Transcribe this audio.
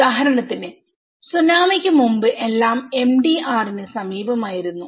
ഉദാഹരണത്തിന് സുനാമിക്ക് മുമ്പ് എല്ലാം എംഡിആറിന്സമീപമായിരുന്നു